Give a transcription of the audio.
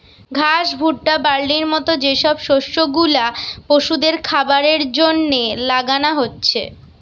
ঘাস, ভুট্টা, বার্লির মত যে সব শস্য গুলা পশুদের খাবারের জন্যে লাগানা হচ্ছে